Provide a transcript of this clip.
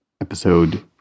episode